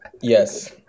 Yes